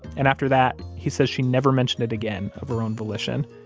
and after that, he says she never mentioned it again, of her own volition.